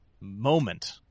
moment